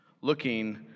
looking